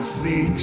see